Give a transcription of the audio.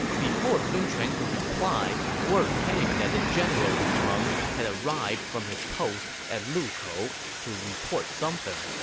before sun quan could reply, word came that the general lu meng had arrived from his post at lukou to report something.